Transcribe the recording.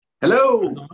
Hello